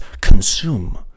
consume